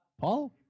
Paul